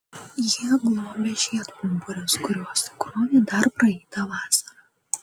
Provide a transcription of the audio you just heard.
jie globia žiedpumpurius kuriuos sukrovė dar praeitą vasarą